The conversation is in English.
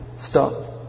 stop